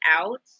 out